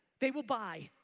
they will buy.